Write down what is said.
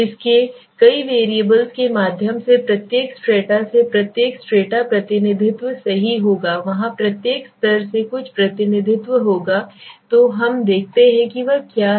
इसके कई वेरिएबल्स के माध्यम से प्रत्येक स्ट्रेटा से प्रत्येक स्ट्रेटा प्रतिनिधित्व सही होगा वहाँ प्रत्येक स्तर से कुछ प्रतिनिधित्व होगा तो हम देखते हैं कि वह क्या है